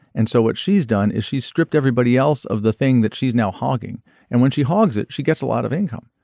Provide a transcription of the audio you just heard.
and so what she's done is she's stripped everybody else of the thing that she's now hogging and when she hogs it she gets a lot of income.